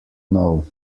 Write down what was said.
know